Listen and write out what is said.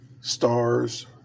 stars